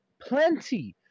plenty